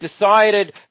decided